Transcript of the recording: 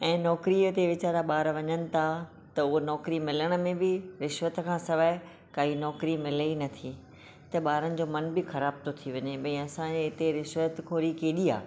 ऐं नौकिरीअ ते वीचारा ॿार वञनि था त उहो नौकिरी मिलण में बि रिश्वत खां सवाइ काई नौकिरी मिले ई नथी त ॿारनि जो मन बि ख़राब थो थी वञे भई असांजे हिते रिश्वत खोरी केॾी आहे